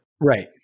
Right